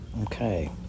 Okay